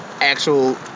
actual